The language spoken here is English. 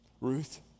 Ruth